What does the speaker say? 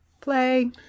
Play